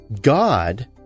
God